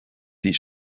die